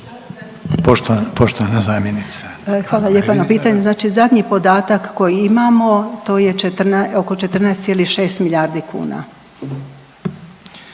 **Rogošić, Nediljka** Hvala lijepa na pitanju. Znači zadnji podatak koji imamo to je oko 14,6 milijardi kuna.